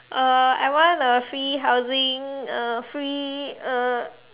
uh I want a free housing uh free uh